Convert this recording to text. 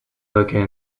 located